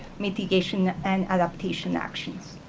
mitigation and adaptation actions.